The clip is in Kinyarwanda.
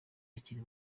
akiri